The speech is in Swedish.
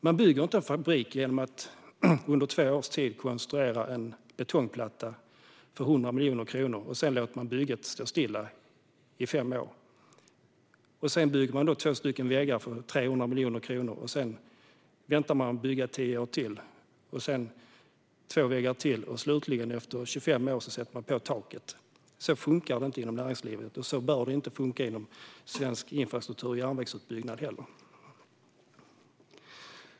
Man bygger inte en fabrik genom att under två års tid konstruera en betongplatta för 100 miljoner kronor, sedan låta bygget stå stilla i fem år för att sedan bygga två väggar för 300 miljoner kronor, sedan vänta tio år till för att bygga två väggar till och slutligen, efter 25 år, sätta på taket. Så funkar det inte i näringslivet, och så bör det inte fungera inom svensk infrastruktur och järnvägsutbyggnad heller.